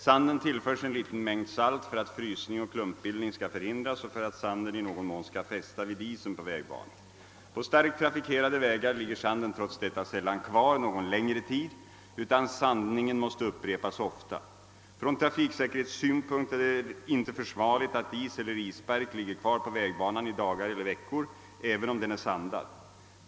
Sanden tillförs en liten mängd salt för att frysning och klumpbildning skall förhindras och för att sanden i någon mån skall fästa vid isen på vägbanan. På starkt trafikerade vägar ligger sanden trots detta sällan kvar någon längre tid utan sandningen måste upprepas ofta. Från trafiksäkerhetssynpunkt är det inte försvarligt att is eller isbark ligger kvar på vägbanan i dagar eller veckor även om den är sandad.